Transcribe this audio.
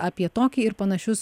apie tokį ir panašius